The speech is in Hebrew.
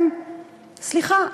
סליחה,